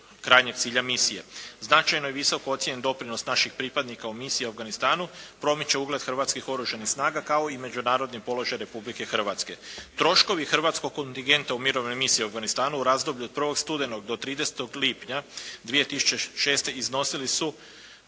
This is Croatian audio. krajnjeg cilja misije. Značajno je visoko ocijenjen doprinos naših pripadnika u misiji u Afganistanu. Promiče ugled hrvatskih oružanih snaga kao i međunarodni položaj Republike Hrvatske. Troškovi hrvatskog kontingenta u mirovnoj misiji u Afganistanu u razdoblju od 1. studenog do 30. lipnja 2006. iznosili su